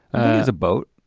it's a boat,